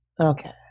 Okay